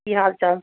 ਕੀ ਹਾਲ ਚਾਲ